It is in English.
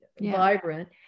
vibrant